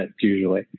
usually